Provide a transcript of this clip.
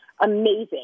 amazing